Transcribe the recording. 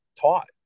taught